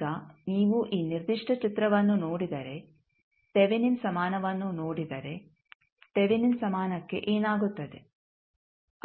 ಈಗ ನೀವು ಈ ನಿರ್ದಿಷ್ಟ ಚಿತ್ರವನ್ನು ನೋಡಿದರೆ ತೆವೆನಿನ್ ಸಮಾನವನ್ನು ನೋಡಿದರೆ ತೆವೆನಿನ್ ಸಮಾನಕ್ಕೆ ಏನಾಗುತ್ತದೆ